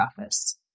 office